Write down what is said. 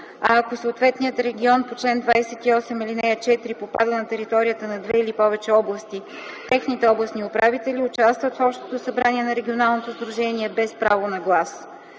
ако съответният регион по чл. 28, ал. 4 попада на територията на две или повече области, техните областни управители участват в общото събрание на регионалното сдружение без право на глас.